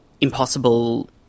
impossible